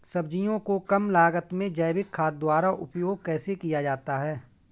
सब्जियों को कम लागत में जैविक खाद द्वारा उपयोग कैसे किया जाता है?